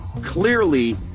clearly